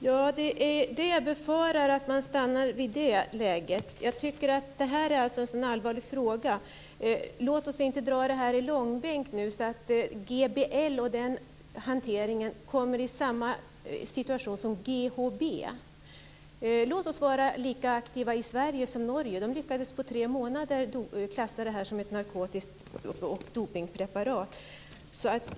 Fru talman! Jag befarar att man stannar vid det. Jag tycker att det här är en så allvarlig fråga. Låt oss därför inte dra den i långbänk, så att det blir samma hantering av GBL som av GHB. Låt oss vara lika aktiva i Sverige som man varit i Norge. Där lyckades man på tre månader att klassa det som ett narkotiskt dopningspreparat.